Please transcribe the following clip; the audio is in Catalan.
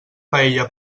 paella